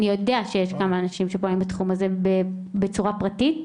אני יודע שיש כמה אנשים שפועלים בתחום הזה בצורה פרטית,